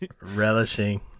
relishing